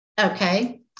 Okay